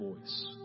voice